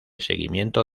seguimiento